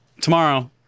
tomorrow